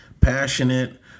passionate